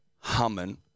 humming